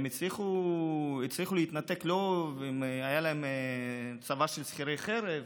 הם הצליחו להתנתק, היה להם צבא של שכירי החרב,